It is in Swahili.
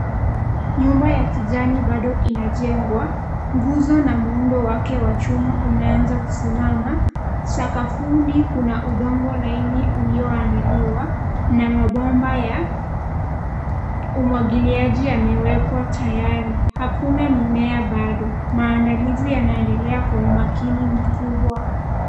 Nyumba ya kijani bado inajengwa. Nguzo na muundo wake wa chuma umeanza kusimama. Sakafuni kuna udongo laini ulioandaliwa na mabomba ya umwagiliaji yamewekwa tayari. Hakuna mimea bado. Maandalizi yanaendelea kwa umakini mkubwa.